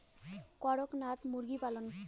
করকনাথ মুরগি পালন?